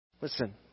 Listen